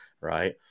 right